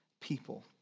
people